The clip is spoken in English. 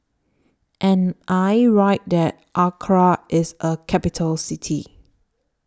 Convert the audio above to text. Am I Right that Accra IS A Capital City